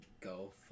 go